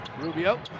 Rubio